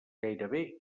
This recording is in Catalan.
gairebé